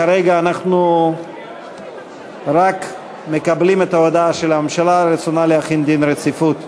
כרגע אנחנו רק מקבלים את ההודעה של הממשלה על רצונה להחיל דין רציפות.